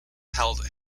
held